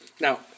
Now